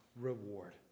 reward